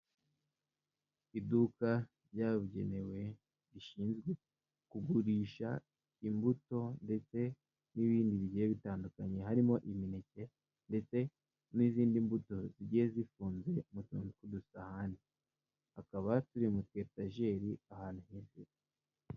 Iduka ryabugenewe rishinzwe kugurisha imbuto ndetse n'ibindi bigiye bitandukanye harimo imineke ndetse n'izindi mbuto zigiye zifunze mu tuntu tw'dusahane hakaba turi mu twetajeri ahantu henshi.